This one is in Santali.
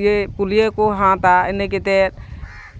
ᱤᱭᱟᱹ ᱯᱳᱞᱤᱭᱳ ᱠᱚ ᱦᱟᱛᱼᱟ ᱤᱱᱟᱹ ᱠᱟᱛᱮᱫ